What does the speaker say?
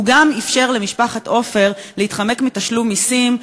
הוא גם אפשר למשפחת עופר להתחמק מתשלום מסים.